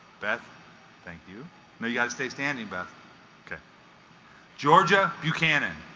beth thank you no you guys stay standing beth okay georgia buchanan